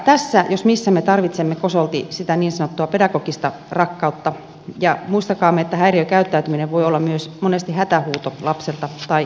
tässä jos missä me tarvitsemme kosolti sitä niin sanottua pedagogista rakkautta ja muistakaamme että häiriökäyttäytyminen voi olla monesti myös hätähuuto lapselta tai nuorelta